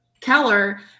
Keller